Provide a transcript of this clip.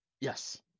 yes